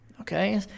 Okay